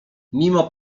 mimo